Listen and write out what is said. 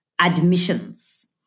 admissions